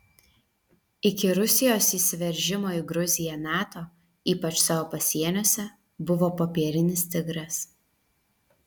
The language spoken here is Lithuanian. iki rusijos įsiveržimo į gruziją nato ypač savo pasieniuose buvo popierinis tigras